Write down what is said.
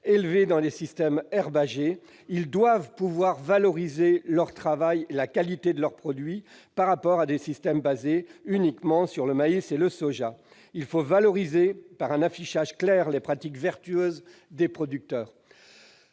élevées dans les systèmes herbagers : ils doivent pouvoir valoriser leur travail et la qualité de leurs produits par rapport à des systèmes fondés uniquement sur le maïs et le soja. Il faut valoriser, par un affichage clair, les pratiques vertueuses des producteurs.